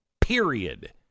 period